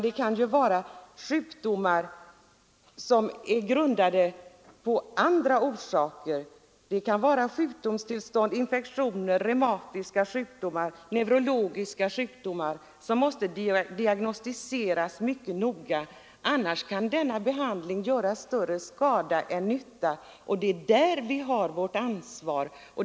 Det kan vara sjukdomstillstånd grundade på infektioner, det kan vara reumatiska sjukdomar och neurologiska sjukdomar som måste diagnostiseras mycket noga. Annars kan denna behandling göra större skada än nytta. Och det är där vi har vårt ansvar.